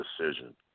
decision